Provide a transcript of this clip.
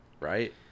right